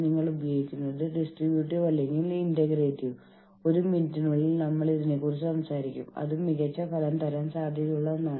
നമ്മൾക്ക് ഒരു administrative body ഉണ്ടാകും സംഘടനയുടെ ക്ഷേമം നോക്കുന്ന യൂണിയനുകളും നമ്മൾക്കുണ്ടാകും